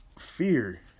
fear